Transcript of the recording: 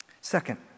Second